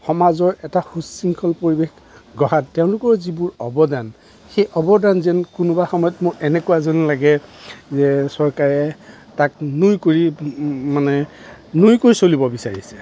সমাজৰ এটা সুশৃংখল পৰিৱেশ গঢ়াত তেওঁলোকৰ যিবোৰ অৱদান সেই অৱদান যেন কোনোবা সময়ত মোৰ এনেকুৱা যেন লাগে যে চৰকাৰে তাক নুই কৰি মানে নুই কৰি চলিব বিচাৰিছে